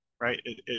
right